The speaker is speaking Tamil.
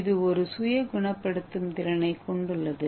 இது ஒரு சுய குணப்படுத்தும் திறனைக் கொண்டுள்ளது